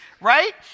right